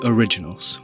Originals